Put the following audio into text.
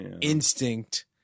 Instinct